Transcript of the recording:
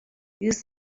use